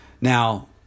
Now